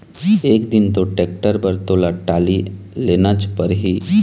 एक दिन तो टेक्टर बर तोला टाली लेनच परही